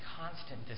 constant